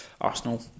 Arsenal